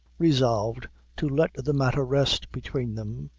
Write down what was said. resolved to let the matter rest between them,